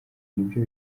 nibyo